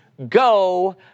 Go